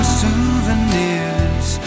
souvenirs